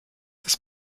des